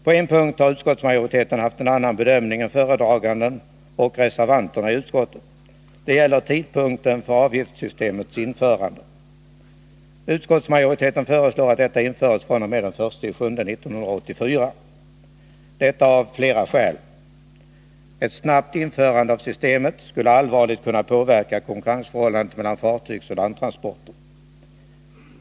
På en punkt har utskottsmajoriteten haft en annan bedömning än föredraganden och reservanterna i utskottet. Det gäller tidpunkten för avgiftssystemets införande. Utskottsmajoriteten föreslår att systemet införs fr.o.m. den 1 juli 1984 — detta av flera skäl. Ett snabbt införande av systemet skulle allvarligt kunna påverka konkurrensförhållandena mellan fartygsoch landtransporter.